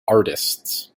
artists